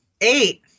Eight